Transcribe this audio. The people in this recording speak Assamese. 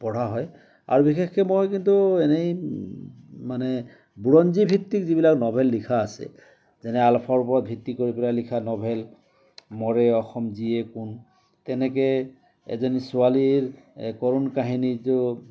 পঢ়া হয় আৰু বিশেষকে মই কিন্তু এনেই মানে বুৰঞ্জীভিত্তিক যিবিলাক ন'ভেল লিখা আছে যেনে আলফাৰ ওপৰত ভিত্তি কৰি পেলাই লিখা ন'ভেল মৰে অসম জীয়ে কোন কেনেকে এজনী ছোৱালীৰ কৰুণ কাহিনীটো